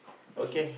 okay